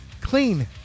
clean